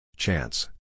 Chance